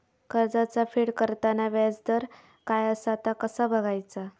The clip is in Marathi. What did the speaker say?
कर्जाचा फेड करताना याजदर काय असा ता कसा बगायचा?